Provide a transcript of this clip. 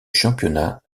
championnat